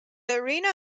arena